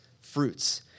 fruits